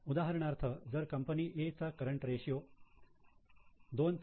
उदाहरणार्थ जर company A चा करंट रेशियो 2